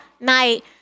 night